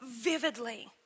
vividly